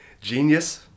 genius